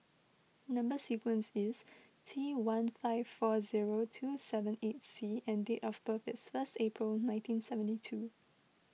Number Sequence is T one five four zero two seven eight C and date of birth is first April nineteen seventy two